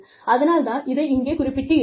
அதனால் தான் இதை இங்கே குறிப்பிட்டிருக்கிறேன்